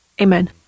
amen